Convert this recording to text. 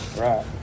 right